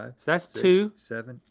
that's that's two. seven,